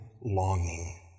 longing